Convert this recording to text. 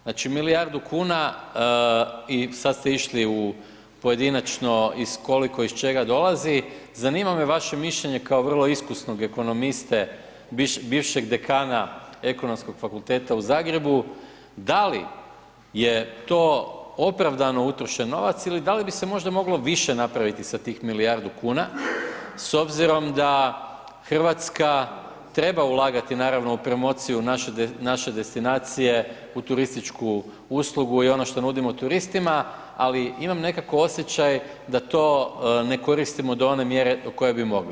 Znači, milijardu kuna i sad ste išli u pojedinačno iz koliko iz čega dolazi, zanima me vaše mišljenje kao vrlo iskusnog ekonomiste, bivšeg dekana Ekonomskog fakulteta u Zagrebu, da li je to opravdano utrošen novac ili da li bi se možda moglo više napraviti više sa tih milijardu kuna s obzirom da RH treba ulagati naravno u promociju naše destinacije u turističku uslugu i ono što nudimo turistima, ali imam nekako osjećaj da to ne koristimo u dovoljnoj mjeri u kojoj bi mogli.